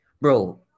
bro